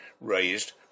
raised